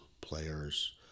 players